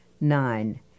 Nine